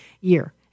year